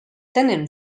tenen